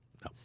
No